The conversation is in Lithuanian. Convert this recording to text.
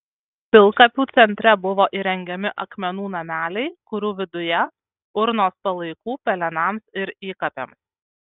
pilkapių centre buvo įrengiami akmenų nameliai kurių viduje urnos palaikų pelenams ir įkapėms